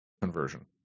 conversion